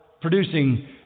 producing